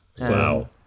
Wow